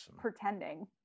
pretending